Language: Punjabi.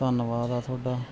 ਧੰਨਵਾਦ ਆ ਤੁਹਾਡਾ